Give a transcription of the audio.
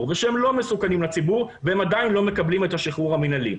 ושהם לא מסוכנים לשחרור והם עדיין לא מקבלים את השחרור המנהלי.